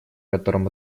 котором